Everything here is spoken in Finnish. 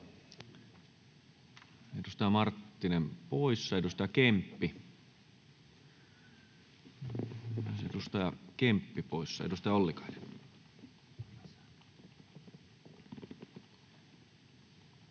edustaja Kemppi — myös edustaja Kemppi poissa. — Edustaja Ollikainen.